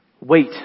Wait